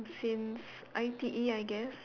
since I_T_E I guess